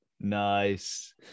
Nice